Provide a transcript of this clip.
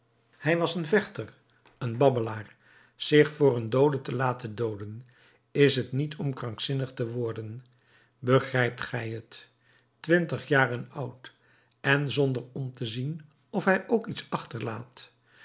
hij was een vechter een babbelaar zich voor een doode te laten dooden is t niet om krankzinnig te worden begrijpt gij het twintig jaren oud en zonder om te zien of hij ook iets achterlaat